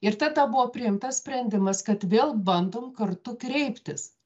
ir tada buvo priimtas sprendimas kad vėl bandom kartu kreiptis